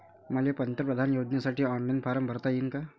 मले पंतप्रधान योजनेसाठी ऑनलाईन फारम भरता येईन का?